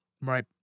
Right